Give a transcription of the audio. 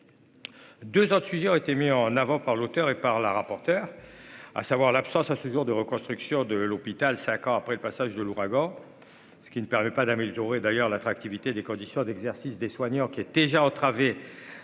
2 autres sujets ont été mis en avant par l'auteur et par la rapporteure, à savoir l'absence à ce jour de reconstruction de l'hôpital. Cinq ans après le passage de l'ouragan. Ce qui ne permet pas d'améliorer d'ailleurs l'attractivité des conditions d'exercice des soignants qui déjà entravé.